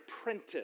apprentice